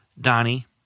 Donnie